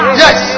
yes